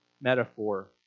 metaphor